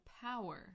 power